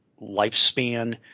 lifespan